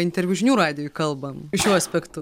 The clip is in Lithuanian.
interviu žinių radijui kalbam šiuo aspektu